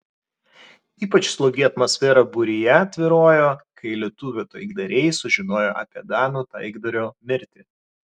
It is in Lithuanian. ypač slogi atmosfera būryje tvyrojo kai lietuvių taikdariai sužinojo apie danų taikdario mirtį